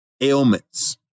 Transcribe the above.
ailments